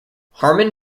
harmon